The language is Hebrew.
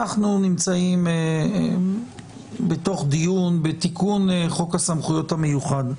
אנחנו נמצאים בתוך דיון בתיקון חוק הסמכויות המיוחדות,